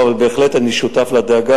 אבל אני בהחלט שותף לדאגה,